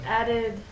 added